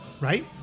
right